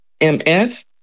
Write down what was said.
mf